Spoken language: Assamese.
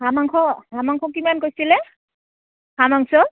হাঁহ মাংস হাঁহ মাংস কিমান কৈছিলে হাঁহ মাংস